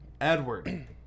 Edward